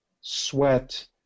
sweat